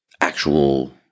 actual